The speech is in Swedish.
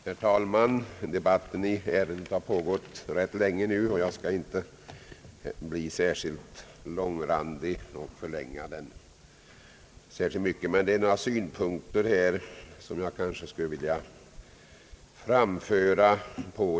Herr talman! Debatten i ärendet har pågått rätt länge, och jag skall inte förlänga den särskilt mycket, men det är några synpunkter som jag gärna skulle vilja framföra.